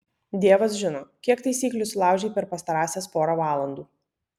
dievas žino kiek taisyklių sulaužei per pastarąsias porą valandų